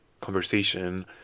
conversation